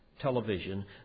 Television